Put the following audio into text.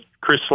Chris